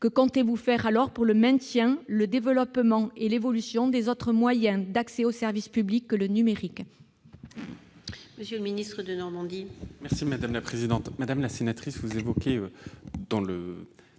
Que comptez-vous faire alors pour le maintien, le développement et l'évolution des autres moyens d'accès aux services publics que le numérique ?